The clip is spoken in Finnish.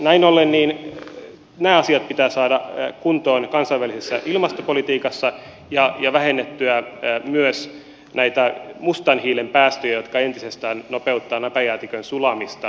näin ollen nämä asiat pitää saada kuntoon kansainvälisessä ilmastopolitiikassa ja vähennettyä myös näitä mustan hiilen päästöjä jotka entisestään nopeuttavat napajäätikön sulamista